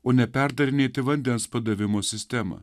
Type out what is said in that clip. o neperdarinėti vandens padavimo sistemą